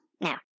Now